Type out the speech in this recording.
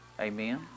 Amen